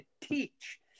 teach